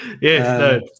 Yes